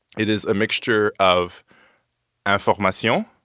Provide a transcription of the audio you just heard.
it is a mixture of informacion,